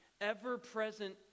ever-present